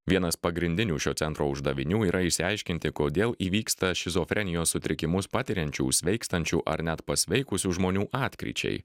vienas pagrindinių šio centro uždavinių yra išsiaiškinti kodėl įvyksta šizofrenijos sutrikimus patiriančių sveikstančių ar net pasveikusių žmonių atkryčiai